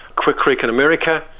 quecreek in america,